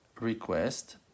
request